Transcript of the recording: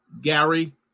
Gary